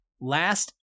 Last